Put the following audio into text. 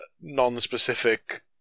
non-specific